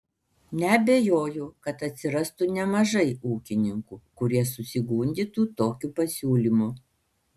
neabejoju kad atsirastų nemažai ūkininkų kurie susigundytų tokiu pasiūlymu